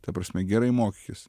ta prasme gerai mokykis